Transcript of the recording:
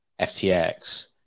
FTX